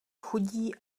chudí